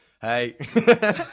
hey